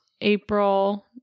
April